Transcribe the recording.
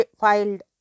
filed